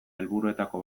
helburuetako